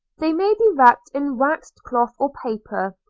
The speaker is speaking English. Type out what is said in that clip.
they may be wrapped in waxed cloth or paper,